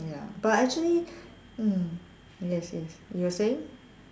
ya but actually mm yes yes you were saying